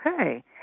Okay